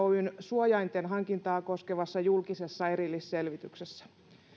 oyn suojainten hankintaa koskevassa julkisessa erillisselvityksessä